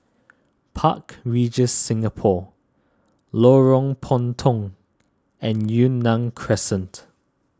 Park Regis Singapore Lorong Puntong and Yunnan Crescent